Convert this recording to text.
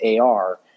AR